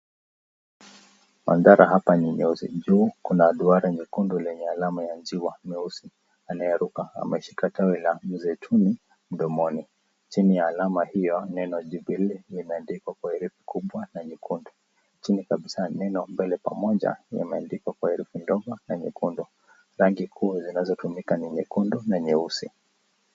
Mandhara hapa ni nyota juu. Kuna duara nyekundu lenye alama ya njiwa mweusi anayeruka. Ameshika tawila mzeituni mdomoni. Chini ya alama hiyo neno Jubile limeandikwa kwa herufi kubwa na nyekundu. Chini kabisa neno mbele pamoja limeandikwa kwa herufi ndogo na nyekundu. Rangi kuu zinazotumika ni nyekundu na nyeusi.